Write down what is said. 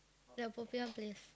the popiah place